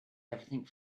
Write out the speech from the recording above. everything